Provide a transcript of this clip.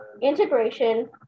integration